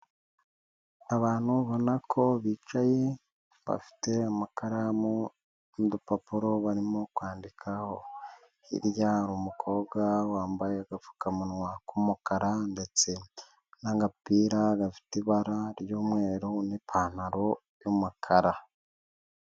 Abantu babona ko bicaye, bafite amakaramu n'udupapuro barimo kwandikaho. Hirya hari umukobwa wambaye agapfukamunwa k'umukara ndetse n'agapira gafite ibara ry'umweru n'ipantaro y'umukara.